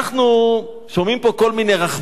אנחנו שומעים פה כל מיני רחמנים,